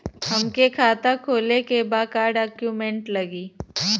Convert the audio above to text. हमके खाता खोले के बा का डॉक्यूमेंट लगी?